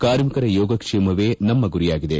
ಕಾರ್ಮಿಕರ ಯೋಗಕ್ಷೇಮವೇ ನಮ್ಮ ಗುರಿಯಾಗಿದೆ